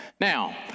now